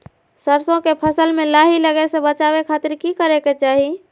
सरसों के फसल में लाही लगे से बचावे खातिर की करे के चाही?